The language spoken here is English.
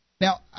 Now